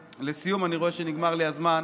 לסיום, אני רואה שנגמר לי הזמן.